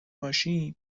باشی